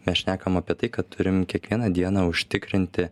mes šnekam apie tai kad turim kiekvieną dieną užtikrinti